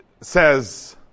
says